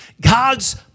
God's